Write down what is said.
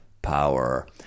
power